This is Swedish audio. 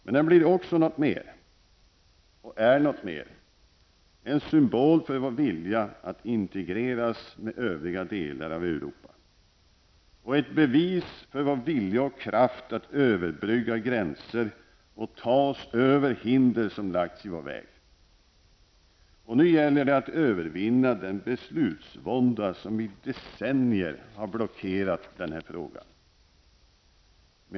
Den blir också något mer, och är något mer, en symbol för vår vilja att integreras med övriga delar av Europa och ett bevis för vår vilja och kraft att överbygga gränser och ta oss över hinder som lagts i vår väg. Nu gäller det att övervinna den beslutsvånda som i decennier har blockerat den här frågan.